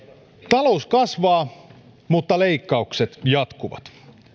talous kasvaa mutta leikkaukset jatkuvat